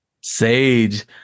Sage